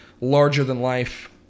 larger-than-life